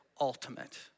ultimate